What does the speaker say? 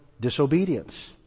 disobedience